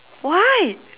why